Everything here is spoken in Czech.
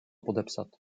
podepsat